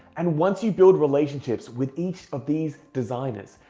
and once you build relationships with each of these designers,